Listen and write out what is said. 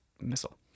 missile